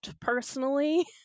personally